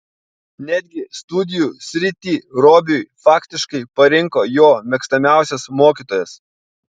netgi studijų sritį robiui faktiškai parinko jo mėgstamiausias mokytojas